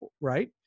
right